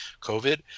COVID